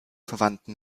verwandten